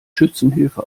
schützenhilfe